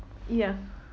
ya